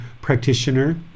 practitioner